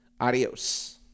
Adios